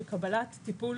שקבלת טיפול